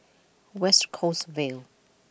West Coast Vale